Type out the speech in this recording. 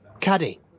Caddy